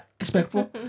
respectful